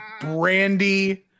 Brandy